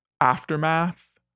aftermath